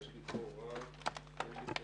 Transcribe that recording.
אני פותח את הישיבה.